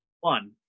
one